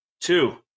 two